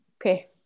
Okay